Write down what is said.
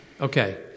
Okay